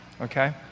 okay